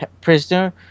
prisoner